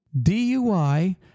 DUI